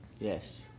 Yes